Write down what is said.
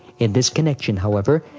in this connection, however,